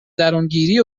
درونگیری